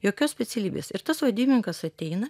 jokios specialybės ir tas vadybininkas ateina